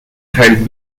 خرید